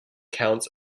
counts